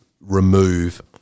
remove